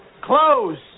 Close